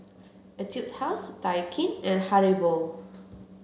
Etude House Daikin and Haribo